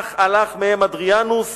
אך הלך מהם אדריינוס